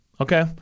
Okay